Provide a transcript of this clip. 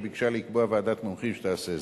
לממשלה, שביקשה לקבוע ועדת מומחים שתעשה זאת.